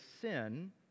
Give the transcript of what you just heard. sin